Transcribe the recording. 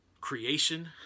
creation